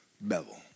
Bevel